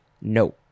No